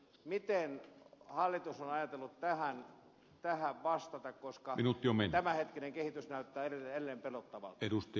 miten hallitus on ajatellut tähän vastata koska tämänhetkinen kehitys näyttää edelleen pelottavalta